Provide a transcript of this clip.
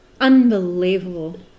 Unbelievable